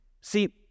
See